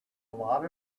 lot